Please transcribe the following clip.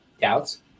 doubts